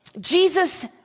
Jesus